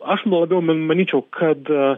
aš labiau min manyčiau kad